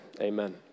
amen